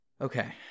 Okay